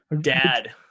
Dad